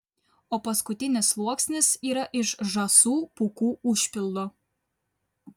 o paskutinis sluoksnis yra iš žąsų pūkų užpildo